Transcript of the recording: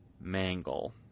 Mangle